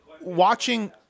watching